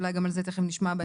אולי גם על זה נשמע בהמשך.